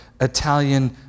Italian